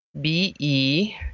B-E